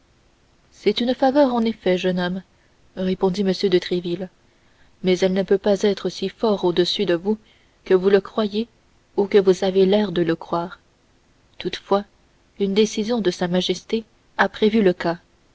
c'est une faveur en effet jeune homme répondit m de tréville mais elle peut ne pas être si fort au-dessus de vous que vous le croyez ou que vous avez l'air de le croire toutefois une décision de sa majesté a prévu ce cas